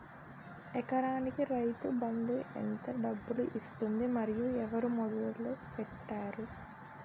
ఎకరానికి రైతు బందు ఎంత డబ్బులు ఇస్తుంది? మరియు ఎవరు మొదల పెట్టారు?